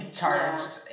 charged